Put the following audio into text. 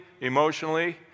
emotionally